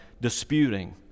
disputing